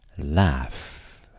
Laugh